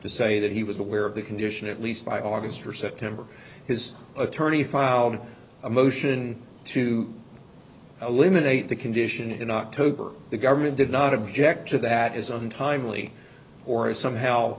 to say that he was aware of the condition at least by august or september his attorney filed a motion to eliminate the condition in october the government did not object to that is untimely or somehow